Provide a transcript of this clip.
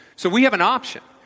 so we have an option.